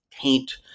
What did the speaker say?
taint